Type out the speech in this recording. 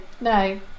no